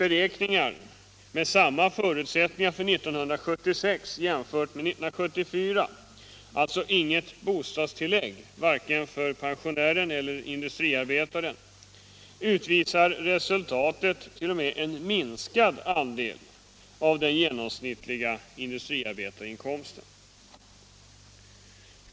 Beräkningar med samma förutsättningar för 1976 som för 1974 — dvs. inget bostadstillägg för vare sig pensionären eller industriarbetaren — uppvisar som resultat t.o.m. en minskad andel av den genomsnittliga industriarbetarinkomsten.